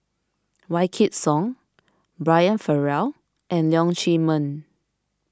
Wykidd Song Brian Farrell and Leong Chee Mun